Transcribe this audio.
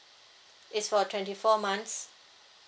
is for twenty four months